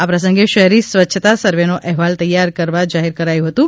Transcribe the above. આ પ્રસંગે શહેરી સ્વચ્છતા સર્વેનો અહેવાલ તૈયાર કરવા જાહેર કરાયું હતું